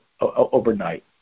overnight